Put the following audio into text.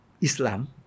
Islam